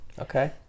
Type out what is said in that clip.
Okay